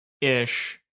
ish